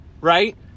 right